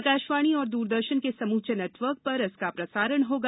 आकाशवाणी और दूरदर्शन के समूचे नेटवर्क पर इसका प्रसारण होगा